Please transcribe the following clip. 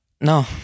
No